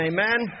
Amen